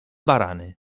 barany